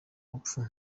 rupfu